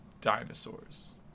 dinosaurs